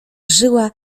żyła